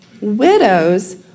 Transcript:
Widows